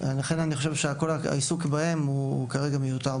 ולכן אני חושב שכל העיסוק בהם הוא מיותר.